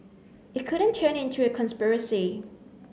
it couldn't turn into a conspiracy